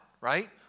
right